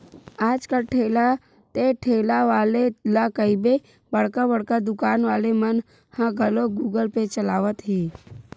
आज कल ठेला ते ठेला वाले ला कहिबे बड़का बड़का दुकान वाले मन ह घलोक गुगल पे चलावत हे